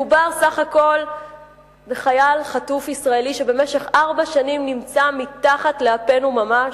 מדובר סך הכול בחייל חטוף ישראלי שבמשך ארבע שנים נמצא מתחת לאפנו ממש.